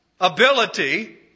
ability